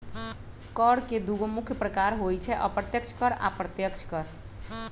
कर के दुगो मुख्य प्रकार होइ छै अप्रत्यक्ष कर आ अप्रत्यक्ष कर